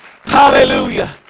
Hallelujah